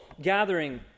gathering